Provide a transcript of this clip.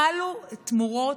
חלו תמורות